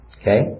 Okay